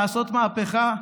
לעשות מהפכה,